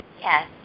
Yes